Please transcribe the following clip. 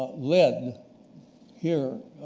led here